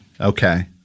Okay